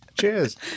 Cheers